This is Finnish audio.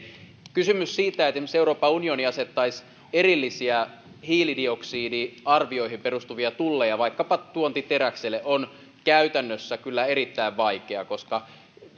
kysymys siitä että esimerkiksi euroopan unioni asettaisi erillisiä hiilidioksidiarvioihin perustuvia tulleja vaikkapa tuontiteräkselle on käytännössä kyllä erittäin vaikea koska